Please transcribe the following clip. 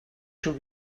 schon